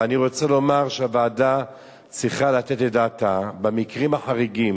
ואני רוצה לומר שהוועדה צריכה לתת את דעתה על המקרים החריגים,